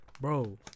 Bro